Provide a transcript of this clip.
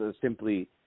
simply